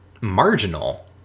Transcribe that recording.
marginal